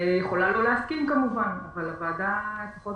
היא יכולה לא להסכים כמובן, אבל הוועדה לפחות